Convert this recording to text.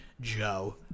Joe